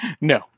no